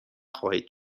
خواهید